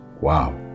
Wow